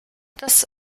das